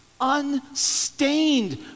unstained